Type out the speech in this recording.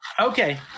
Okay